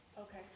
Okay